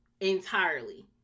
entirely